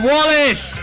Wallace